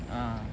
ah